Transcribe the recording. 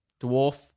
Dwarf